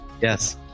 Yes